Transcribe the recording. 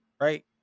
right